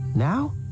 Now